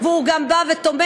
והוא גם בא ותומך,